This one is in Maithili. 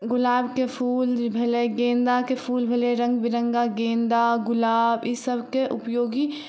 गुलाबके फूल भेलै गेंदाके फूल भेलै रङ्ग बिरङ्ग गेन्दा गुलाब ईसबके उपयोगी